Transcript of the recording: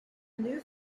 new